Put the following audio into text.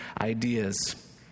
ideas